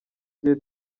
gihe